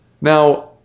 Now